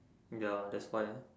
ya that's why